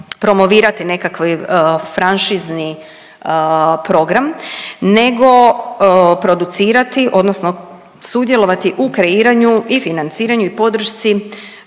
nekakvi franšizni program nego producirati odnosno sudjelovati u kreiranju i financiranju i podršci